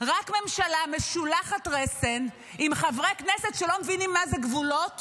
רק ממשלה משולחת רסן עם חברי הכנסת שלא מבינים מהם גבולות